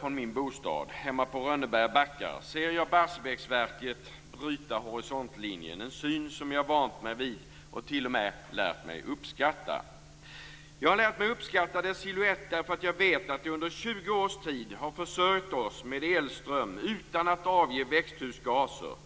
från min bostad hemma på Rönneberga Backar rakt mot söder ser jag Barsebäcksverket bryta horisontlinjen - en syn som jag vant mig vid och som jag t.o.m. lärt mig uppskatta. Jag har lärt mig uppskatta dess silhuett därför jag vet att det under 20 års tid har försörjt oss med elström utan att avge växthusgaser.